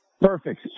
perfect